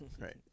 Right